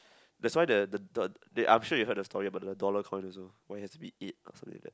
that's why the the the I'm sure you heard of the story about the dollar coin also when it has to be it or something like that